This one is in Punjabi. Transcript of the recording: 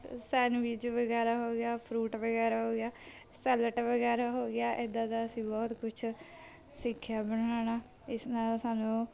ਸੈਨਵਿਚ ਵਗੈਰਾ ਹੋ ਗਿਆ ਫਰੂਟ ਵਗੈਰਾ ਹੋ ਗਿਆ ਸੈਲਟ ਵਗੈਰਾ ਹੋ ਗਿਆ ਇੱਦਾਂ ਦਾ ਅਸੀਂ ਬਹੁਤ ਕੁਛ ਸਿੱਖਿਆ ਬਣਾਉਣਾ ਇਸ ਨਾਲ ਸਾਨੂੰ